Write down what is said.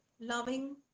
loving